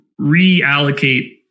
reallocate –